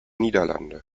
niederlande